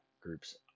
groups